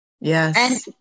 Yes